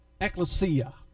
ecclesia